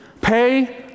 Pay